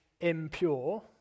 impure